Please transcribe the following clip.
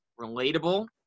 relatable